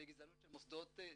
בגזענות של מוסדות ציבור,